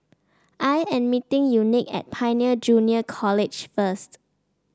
I am meeting Unique at Pioneer Junior College first